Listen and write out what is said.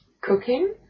Cooking